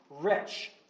rich